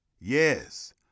yes